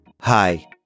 Hi